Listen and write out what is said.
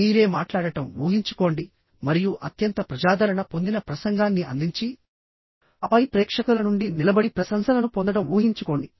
మీరే మాట్లాడటం ఊహించుకోండి మరియు అత్యంత ప్రజాదరణ పొందిన ప్రసంగాన్ని అందించి ఆపై ప్రేక్షకుల నుండి నిలబడి ప్రశంసలు మరియు ప్రశంసలను పొందడం ఊహించుకోండి